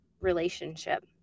relationship